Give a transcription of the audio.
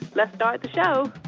let's start the show